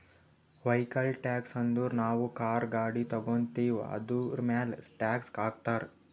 vehicle tax ಅಂದುರ್ ನಾವು car, ಗಾಡಿ ತಗೋತ್ತಿವ್ ಅದುರ್ಮ್ಯಾಲ್ ಟ್ಯಾಕ್ಸ್ ಹಾಕ್ತಾರ್